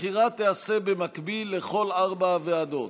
הבחירה תיעשה במקביל לכל ארבע הוועדות.